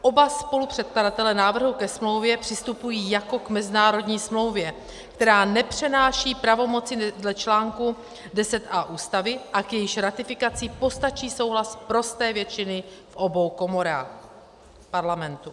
Oba spolupředkladatelé návrhu ke smlouvě přistupují jako k mezinárodní smlouvě, která nepřenáší pravomoci dle článku 10a Ústavy a k jejíž ratifikaci postačí souhlas prosté většiny v obou komorách Parlamentu.